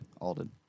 Alden